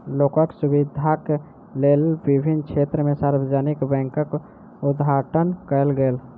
लोकक सुविधाक लेल विभिन्न क्षेत्र में सार्वजानिक बैंकक उद्घाटन कयल गेल